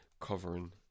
covering